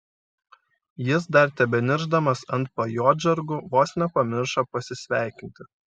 jis dar tebeniršdamas ant pajodžargų vos nepamiršo pasisveikinti